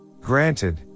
Granted